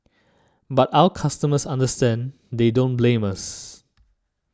but our customers understand they don't blame us